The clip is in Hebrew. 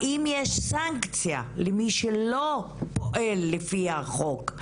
האם יש סנקציה למי שלא פועל לפי החוק?